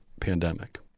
pandemic